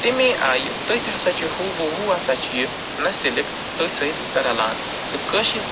تَمے آیہِ تٔتھۍ ہسا چھُ ہوٗ بہ ہوٗ ہسا چھُ یہِ نستعلیق تٔتھۍ سۭتۍ رَلان تہٕ کٲشِر